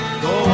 go